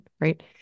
right